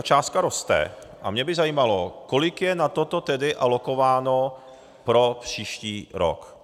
částka roste, a mě by zajímalo, kolik je na toto tedy alokováno pro příští rok.